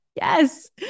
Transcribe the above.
Yes